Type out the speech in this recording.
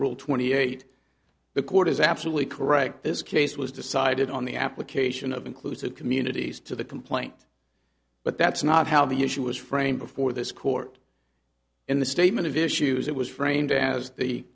rule twenty eight the court is absolutely correct this case was decided on the application of inclusive communities to the complaint but that's not how the issue was framed before this court in the statement of issues it was framed as the